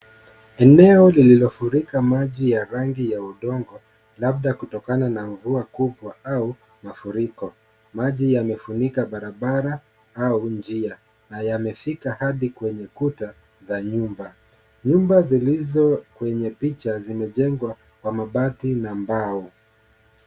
Eneo lililofurika maji ya rangi ya udongo labda kutokana na mvua kubwa au mafuriko. Maji yamefunika barabara au njia na yamefika hadi kwenye kuta za nyumba. Nyumba zilizo kwenye picha zimejengwa kwa mabati na mbao.